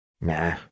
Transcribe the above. Nah